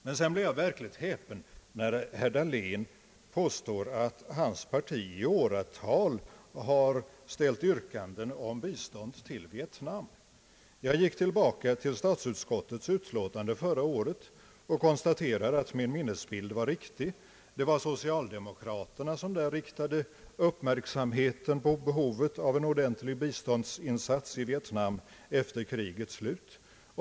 Jag blev verkligen häpen när herr Dahlén påstod att hans parti i åratal har ställt yrkanden om bistånd till Vietnam. Jag gick tillbaka till statsutskottets utlåtande förra året och kunde konstatera att min minnesbild var riktig. Det var socialdemokraterna som där riktade uppmärksamheten på behovet av en ordentlig biståndsinsats i Vietnam efter krigets slut.